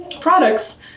products